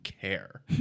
care